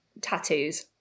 tattoos